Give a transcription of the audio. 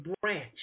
branch